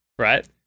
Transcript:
Right